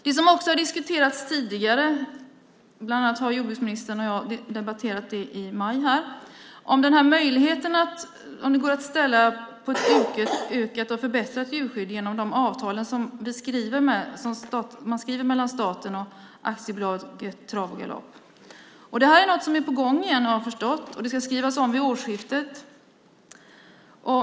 Det som också har diskuterats tidigare - bland annat debatterade jordbruksministern och jag det i maj - är möjligheten att förbättra djurskyddet med hjälp av de avtal som skrivs mellan staten och Aktiebolaget Trav och Galopp. Jag har förstått att det är på gång igen. Avtalet ska skrivas om vid årsskiftet.